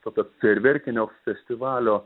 tokio fejerverkinio festivalio